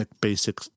basic